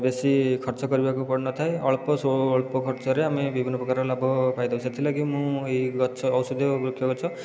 ବେଶି ଖର୍ଚ୍ଚ କରିବାକୁ ପଡ଼ିନଥାଏ ଅଳ୍ପ ସ୍ୱଳ୍ପ ଖର୍ଚ୍ଚରେ ଆମେ ବିଭିନ୍ନ ପ୍ରକାର ଲାଭ ପାଇଥାଉ ସେଥିଲାଗି ମୁଁ ଏହି ଗଛ ଔଷଧୀୟ ବୃକ୍ଷ ଗଛ